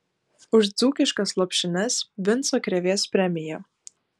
už dzūkiškas lopšines vinco krėvės premija